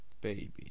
Baby